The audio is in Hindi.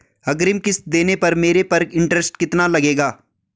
अग्रिम किश्त देने पर मेरे पर इंट्रेस्ट कितना लगेगा?